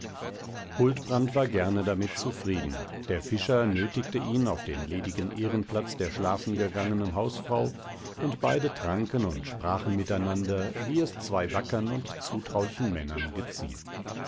huldbrand war gerne damit zufrieden der fischer nötigte ihn auf den ledigen ehrenplatz der schlafengegangenen hausfrau und beide tranken und sprachen miteinander wie es zwei wackern und zutraulichen männern geziemt